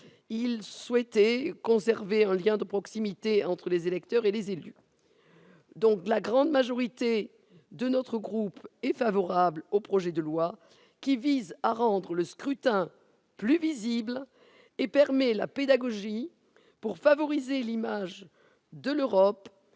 Il souhaitait conserver un lien de proximité entre les électeurs et les élus. La grande majorité de notre groupe est donc favorable au projet de loi, qui vise à rendre le scrutin plus visible et permet la pédagogie pour favoriser l'image de l'Europe